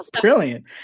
Brilliant